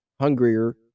hungrier